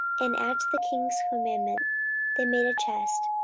and at the king's commandment they made a chest,